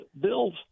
Bills